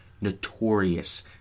notorious